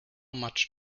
much